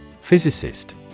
Physicist